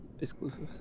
exclusives